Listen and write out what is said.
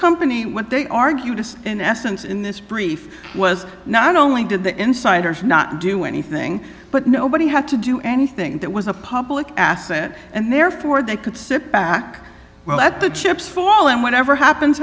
company what they argued in essence in this brief was not only did the insiders not do anything but nobody had to do anything that was a public asset and therefore they could sit back well let the chips fall and whatever happens